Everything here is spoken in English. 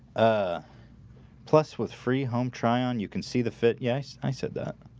ah a-plus with free home try on you can see the fit. yes, i said that